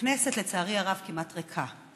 הכנסת, לצערי הרב, כמעט ריקה.